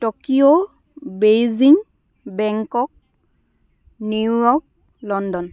Tokyo Beijing Bangkok New York London